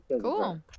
Cool